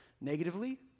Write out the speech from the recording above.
negatively